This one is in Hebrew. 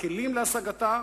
והכלים להשגתה: